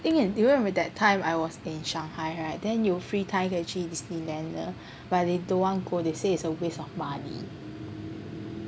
you remember that time I was in Shanghai right then 有 free time 可以去 Disneyland but they don't want go they say is a waste of money